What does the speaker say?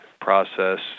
process